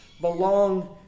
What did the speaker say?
belong